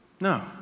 No